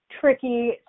tricky